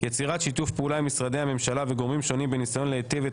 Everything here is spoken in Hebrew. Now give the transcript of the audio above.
יצירת שיתוף פעולה עם משרדי הממשלה וגורמים שונים בניסיון להיטיב את